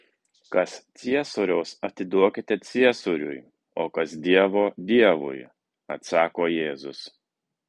kas ciesoriaus atiduokite ciesoriui o kas dievo dievui atsako jėzus